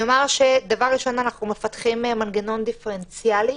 אני אומר שדבר ראשון אנחנו מפתחים מנגנון דיפרנציאלי,